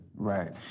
Right